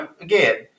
Again